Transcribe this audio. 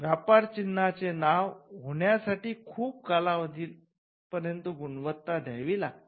व्यापार चिन्हाचे नाव होण्या साठी खूप कालावधी पर्यंत गुणवत्ता द्यावी लागते